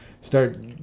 start